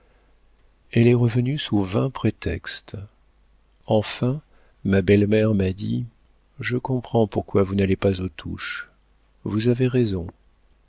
elle est revenue sous vingt prétextes enfin ma belle-mère m'a dit je comprends pourquoi vous n'allez pas aux touches vous avez raison